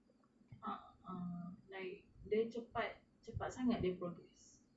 a'ah like dia cepat-cepat sangat dia progress